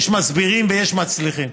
יש מסבירים ויש מצליחים.